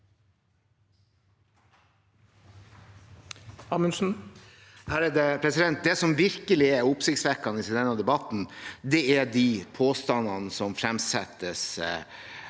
Det som vir- kelig er oppsiktsvekkende i denne debatten, er de påstandene som fremsettes